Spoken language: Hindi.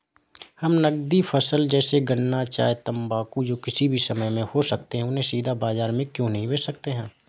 हम नगदी फसल जैसे गन्ना चाय तंबाकू जो किसी भी समय में हो सकते हैं उन्हें सीधा बाजार में क्यो नहीं बेच सकते हैं?